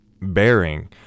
bearing